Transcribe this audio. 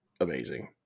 amazing